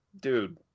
dude